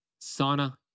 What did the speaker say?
sauna